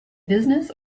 business